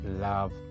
love